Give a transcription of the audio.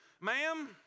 Ma'am